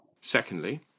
Secondly